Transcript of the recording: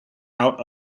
out